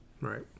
Right